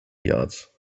yards